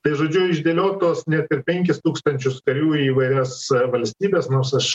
tai žodžiu išdėliot tuos net ir penkis tūkstančius karių į įvairias valstybes nors aš